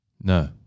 No